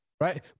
right